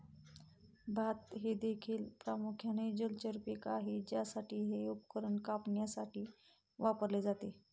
भात हे देखील प्रामुख्याने जलचर पीक आहे ज्यासाठी हे उपकरण कापण्यासाठी वापरले जाते